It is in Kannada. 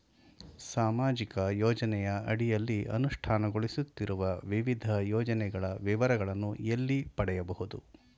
ಸಾಮಾಜಿಕ ಯೋಜನೆಯ ಅಡಿಯಲ್ಲಿ ಅನುಷ್ಠಾನಗೊಳಿಸುತ್ತಿರುವ ವಿವಿಧ ಯೋಜನೆಗಳ ವಿವರಗಳನ್ನು ಎಲ್ಲಿ ಪಡೆಯಬಹುದು?